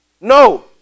No